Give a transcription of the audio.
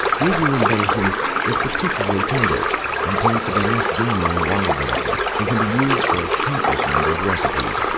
new zealand venison is particularly tender and tends to be less gamy than wild venison, and can be used for a countless number of recipes,